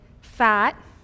fat